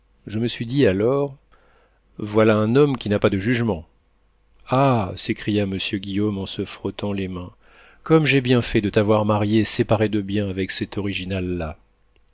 je me suis dit alors voilà un homme qui n'a pas de jugement ah s'écria monsieur guillaume en se frottant les mains comme j'ai bien fait de t'avoir mariée séparée de biens avec cet original là